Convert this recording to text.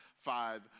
five